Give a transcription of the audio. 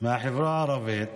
מהחברה הערבית